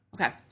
Okay